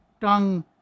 tongue